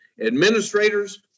administrators